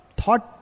thought